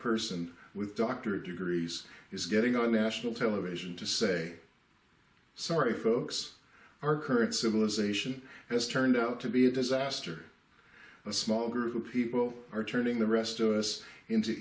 person with doctorate degrees is getting on national television to say sorry folks our current civilization has turned out to be a disaster a small group of people are turning the rest of us into